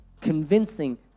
convincing